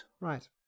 Right